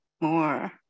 more